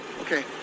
Okay